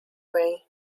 way